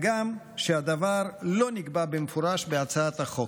הגם שהדבר לא נקבע במפורש בהצעת החוק.